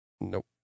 nope